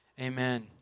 Amen